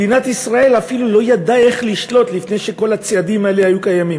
מדינת ישראל אפילו לא ידעה איך לשלוט לפני שכל הצעדים האלה היו קיימים.